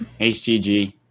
HGG